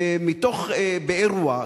באירוע,